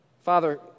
Father